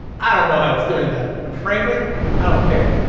i don't know how it's doing that, and frankly i don't care.